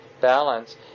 balance